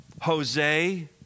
Jose